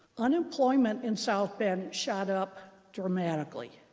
unemployment in south bend shot up dramatically.